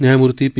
न्यायमूर्ती पी